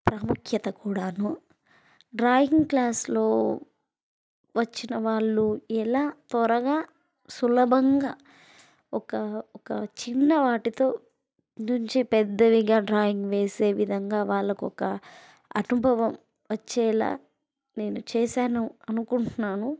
ప్రాముఖ్యత కూడానూ డ్రాయింగ్ క్లాస్లో వచ్చిన వాళ్ళు ఎలా త్వరగా సులభంగా ఒక ఒక చిన్నవాటితో నుంచి పెద్దవిగా డ్రాయింగ్ వేసే విధంగా వాళ్ళకొక అనుభవం వచ్చేలా నేను చేసాను అనుకుంటున్నాను